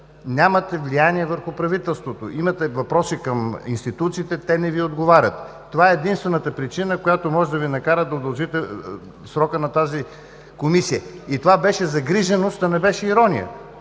нямате влияние върху правителството. Имате въпроси към институциите, но те не Ви отговарят. Това е единствената причина, която може да Ви накара да удължите срока на тази Комисия. Това беше загриженост, а не беше ирония,